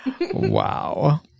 Wow